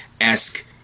esque